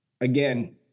again